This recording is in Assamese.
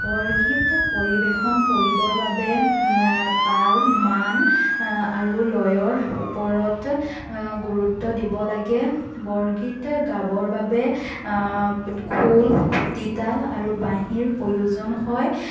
বৰগীত পৰিৱেশন কৰিবৰ বাবে তাল মান আৰু লয়ৰ ওপৰত গুৰুত্ব দিব লাগে বৰগীত গাবৰ বাবে খোল খুটি তাল আৰু বাঁহীৰ প্ৰয়োজন হয়